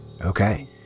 Okay